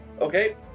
Okay